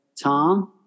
Tom